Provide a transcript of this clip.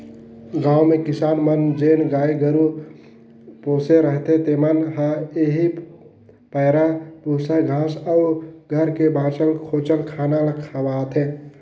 गाँव में किसान मन जेन गाय गरू पोसे रहथें तेमन ल एही पैरा, बूसा, घांस अउ घर कर बांचल खोंचल खाना ल खवाथें